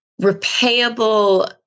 repayable